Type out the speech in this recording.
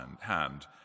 hand